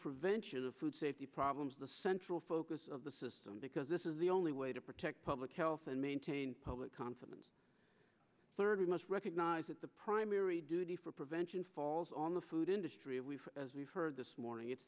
prevention of food safety problems the central focus of the system because this is the only way to protect public health and maintain public confidence third we must recognize that the primary duty for prevention falls on the food industry and we've as we've heard this morning it's